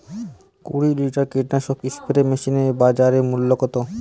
কুরি লিটারের কীটনাশক স্প্রে মেশিনের বাজার মূল্য কতো?